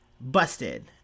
Busted